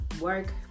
Work